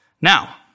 Now